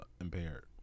impaired